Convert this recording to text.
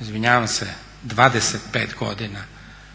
izvinjavam se 25 godina,